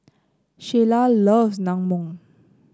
Sheila loves Naengmyeon